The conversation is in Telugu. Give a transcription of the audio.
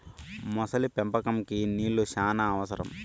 మొసలి పెంపకంకి నీళ్లు శ్యానా అవసరం